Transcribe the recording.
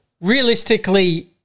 realistically